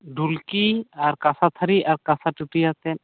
ᱰᱷᱩᱞᱠᱤ ᱟᱨ ᱠᱟᱸᱥᱟ ᱛᱷᱟᱹᱨᱤ ᱟᱨ ᱠᱟᱸᱥᱟ ᱴᱟᱹᱴᱤᱭᱟᱹ ᱟᱛᱮ